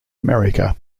america